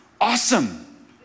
awesome